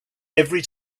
every